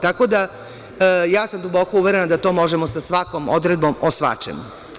Tako da sam duboko uverena da to možemo sa svakom odredbom o svačemu.